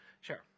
Sure